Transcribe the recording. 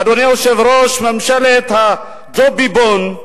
אדוני היושב-ראש, ממשלת הג'וביבון,